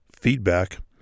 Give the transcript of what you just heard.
feedback